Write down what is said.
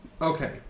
okay